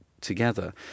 together